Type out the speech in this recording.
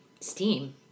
steam